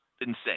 insane